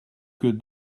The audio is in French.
que